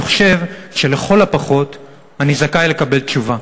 אני חושב שלכל הפחות אני זכאי לקבל תשובה.